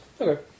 Okay